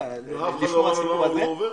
לא אמרו לו למה הוא לא עבר?